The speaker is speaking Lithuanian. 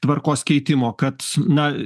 tvarkos keitimo kad na